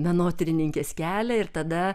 menotyrininkės kelią ir tada